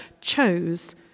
chose